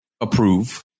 approve